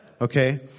Okay